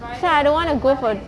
so I don't want to go for